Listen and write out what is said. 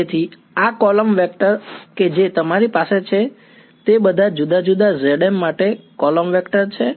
તેથી આ column vector કે જે તમારી પાસે છે તે બધા જુદા જુદા zm માટે કૉલમ વેક્ટર છે